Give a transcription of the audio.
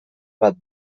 bat